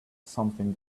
something